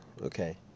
okay